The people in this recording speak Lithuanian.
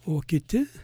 o kiti